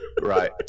Right